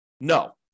No